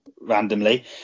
randomly